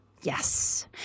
Yes